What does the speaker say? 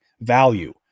value